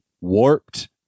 warped